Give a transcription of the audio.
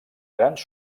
grans